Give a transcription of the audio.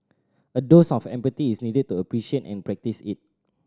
a dose of empathy is needed to appreciate and practice it